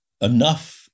enough